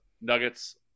nuggets